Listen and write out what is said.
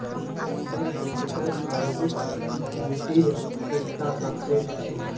venture capital private इक्विटीर एक टा सबसेट छे